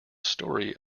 story